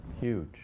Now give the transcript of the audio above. huge